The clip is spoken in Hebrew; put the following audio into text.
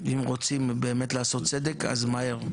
ואם רוצים באמת לעשות צדק אז מהר.